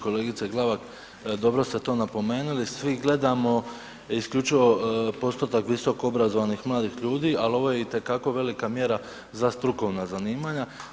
Kolegice Glavak, dobro ste to napomenuli svi gledamo isključivo postotak visokoobrazovanih mladih ljudi, ali ovo je i te kako velika mjera za strukovna zanimanja.